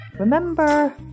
Remember